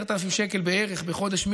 10,000 שקל בערך בחודש,